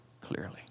clearly